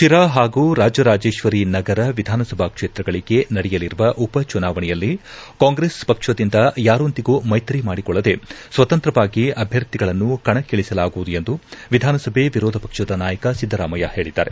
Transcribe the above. ಶಿರಾ ಹಾಗೂ ರಾಜರಾಜೇಶ್ವರಿ ನಗರ ವಿಧಾನಸಭಾ ಕ್ಷೇತ್ರಗಳಿಗೆ ನಡೆಯಲಿರುವ ಉಪ ಜುನಾವಣೆಯಲ್ಲಿ ಕಾಂಗ್ರೆಸ್ ಪಕ್ಷದಿಂದ ಯಾರೊಂದಿಗೂ ಮೈತ್ರಿ ಮಾಡಿಕೊಳ್ಳದೆ ಸ್ವತಂತ್ರವಾಗಿ ಅಭ್ಯರ್ಥಿಗಳನ್ನು ಕಣಕ್ಕಿಳಿಸಲಾಗುವುದು ಎಂದು ವಿಧಾನಸಭೆ ವಿರೋಧ ಪಕ್ಷದ ನಾಯಕ ಸಿದ್ದರಾಮಯ್ಯ ಹೇಳಿದ್ದಾರೆ